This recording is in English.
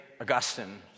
Augustine